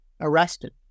arrested